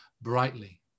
brightly